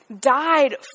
died